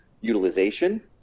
utilization